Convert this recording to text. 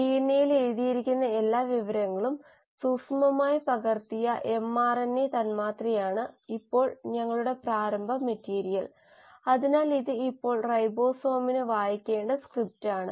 ഡിഎൻഎയിൽ എഴുതിയിരിക്കുന്ന എല്ലാ വിവരങ്ങളും സൂക്ഷ്മമായി പകർത്തിയ എംആർഎൻഎ തന്മാത്രയാണ് ഇപ്പോൾ ഞങ്ങളുടെ പ്രാരംഭ മെറ്റീരിയൽ അതിനാൽ ഇത് ഇപ്പോൾ റൈബോസോമിന് വായിക്കേണ്ട സ്ക്രിപ്റ്റാണ്